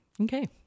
okay